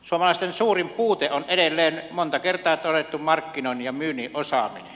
suomalaisten suurin puute on edelleen monta kertaa todettu markkinoinnin ja myynnin osaaminen